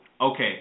Okay